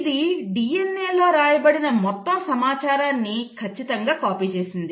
ఇది DNAలో వ్రాయబడిన మొత్తం సమాచారాన్ని ఖచ్చితంగా కాపీ చేసింది